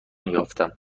یافتم